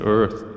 earth